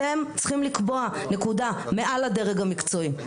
אתם צריכים לקבוע מעל הדרג המקצועי,